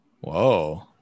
Whoa